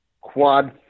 quad